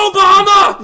Obama